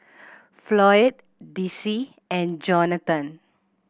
Floyd Dicie and Jonathon